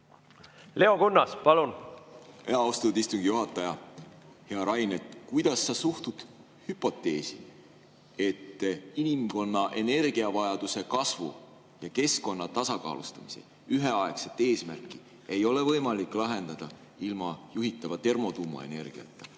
Leo Kunnas, palun! Austatud istungi juhataja! Hea Rain! Kuidas sa suhtud hüpoteesi, et inimkonna energiavajaduse kasvu ja keskkonna tasakaalustamise üheaegset eesmärki ei ole võimalik lahendada ilma juhitava termotuumaenergiata?